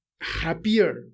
happier